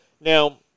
Now